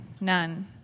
None